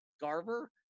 Garver